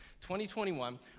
2021